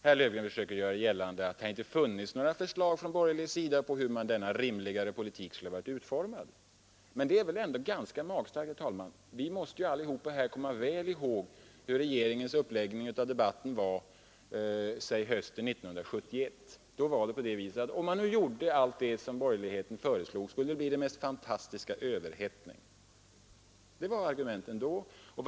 Herr Ekström försökte göra gällande att det inte har funnits några förslag från borgerlig sida om hur denna rimligare politik skulle ha varit utformad. Men det är ändå ganska magstarkt, herr talman! Vi måste ju alla här komma väl ihåg regeringens uppläggning av debatten, säg hösten 1971. Då sades det att om man gjorde allt som borgerligheten föreslog, skulle följden bli den mest fanstastiska överhettning av ekonomin. Det var argumenten 1971.